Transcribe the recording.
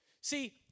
See